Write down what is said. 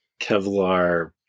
kevlar